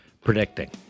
predicting